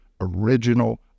original